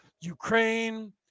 Ukraine